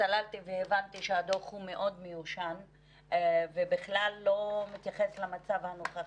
צללתי והבנתי שהדוח הוא מאוד מיושן ובכלל לא מתייחס למצב הנוכחי,